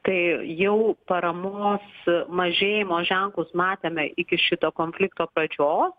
tai jau paramos mažėjimo ženklus matėme iki šito konflikto pradžios